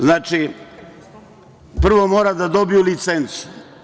Znači, prvo mora da dobiju licencu.